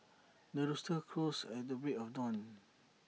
the rooster crows at the break of dawn